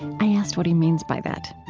i asked what he means by that